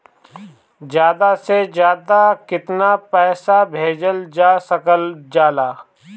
ज्यादा से ज्यादा केताना पैसा भेजल जा सकल जाला?